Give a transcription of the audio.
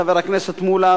חבר הכנסת מולה,